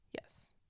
yes